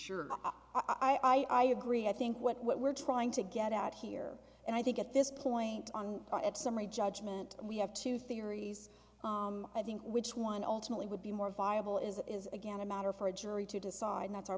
sure i agree i think what we're trying to get at here and i think at this point on part of summary judgment we have two theories i think which one ultimately would be more viable is it is again a matter for a jury to decide that's our